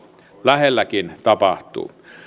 lähelläkin tapahtuu